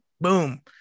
boom